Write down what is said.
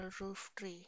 roof-tree